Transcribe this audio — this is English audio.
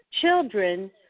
children